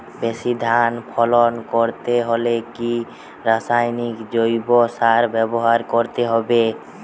বেশি ধান ফলন করতে হলে কি রাসায়নিক জৈব সার ব্যবহার করতে হবে?